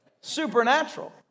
Supernatural